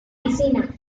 piscina